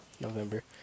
November